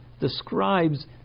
describes